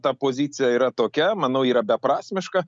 ta pozicija yra tokia manau yra beprasmiška